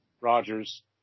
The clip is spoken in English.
Rogers